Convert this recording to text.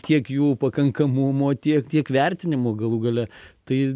tiek jų pakankamumo tiek tiek vertinimo galų gale tai